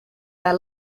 their